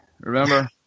Remember